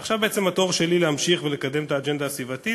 עכשיו התור שלי להמשיך ולקדם את האג'נדה הסביבתית,